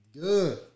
Good